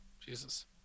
jesus